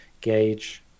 gauge